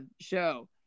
show